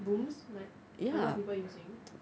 booms like a lot of people using